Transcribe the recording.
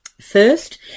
first